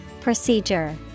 Procedure